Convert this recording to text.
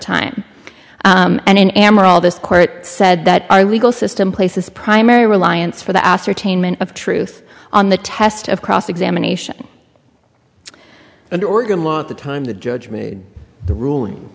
time and in ammar all this court said that our legal system places primary reliance for the ascertainment of truth on the test of cross examination an organ worth the time the judge made the ruling